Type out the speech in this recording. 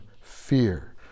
fear